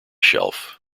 shelf